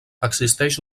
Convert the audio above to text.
existeix